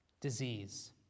disease